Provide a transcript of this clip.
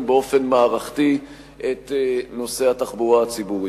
באופן מערכתי את נושא התחבורה הציבורית.